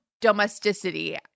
domesticity